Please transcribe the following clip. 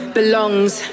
belongs